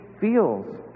feels